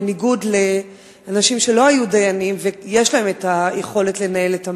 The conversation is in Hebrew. בניגוד לאנשים שלא היו דיינים ויש להם היכולת לנהל את המערכת.